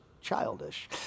childish